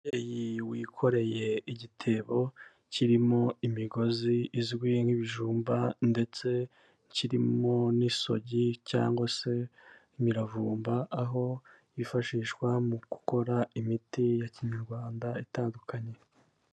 Umubyeyi wikoreye igitebo kirimo imigozi izwi nk'ibijumba ndetse kirimo n'isogi cyangwa se imiravumba, aho yifashishwa mu gukora imiti ya Kinyarwanda itandukanye.